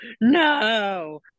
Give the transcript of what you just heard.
no